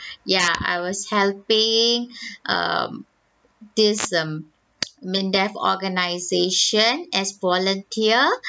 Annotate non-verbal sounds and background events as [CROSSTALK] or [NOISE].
[BREATH] ya I was helping [BREATH] um this um [NOISE] MINDEF organisation as volunteer